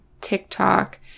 TikTok